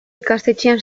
ikastetxean